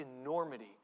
enormity